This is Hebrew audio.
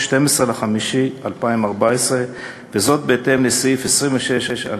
היום, 12 במאי 2014, וזאת בהתאם לסעיף 26(1)